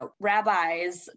rabbis